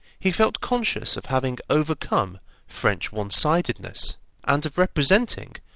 he felt conscious of having overcome french one-sidedness and of representing,